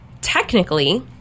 Technically